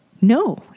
no